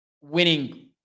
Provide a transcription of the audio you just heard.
winning